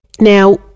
Now